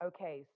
Okay